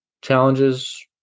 challenges